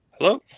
Hello